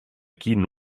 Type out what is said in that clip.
quin